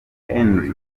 henry